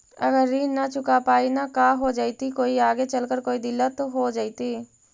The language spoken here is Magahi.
अगर ऋण न चुका पाई न का हो जयती, कोई आगे चलकर कोई दिलत हो जयती?